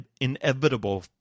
inevitable